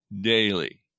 daily